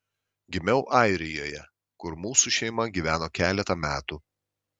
gimiau airijoje kur mūsų šeima gyveno keletą metų